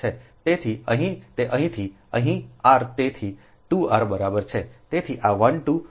તેથી અહીં તે અહીંથી અહીં આર તેથી તે 2 r બરાબર છે